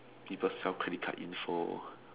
people sell credit card info